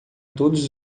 todos